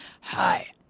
hi